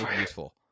useful